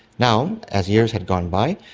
now, as years had gone by,